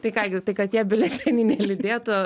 tai ką gi tai kad tie biuleteniai neliūdėtų